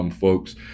folks